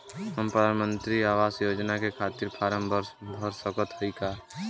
हम प्रधान मंत्री आवास योजना के खातिर फारम भर सकत हयी का?